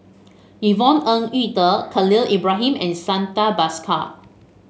Yvonne Ng Uhde Khalil Ibrahim and Santha Bhaskar